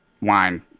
wine